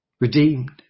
redeemed